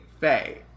Faye